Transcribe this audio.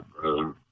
brother